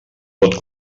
pot